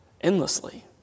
endlessly